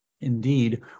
indeed